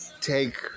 take